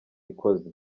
ikoze